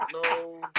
no